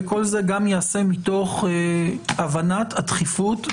וכל זה גם יעשה מתוך הבנת הדחיפות.